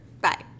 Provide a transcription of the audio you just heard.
Bye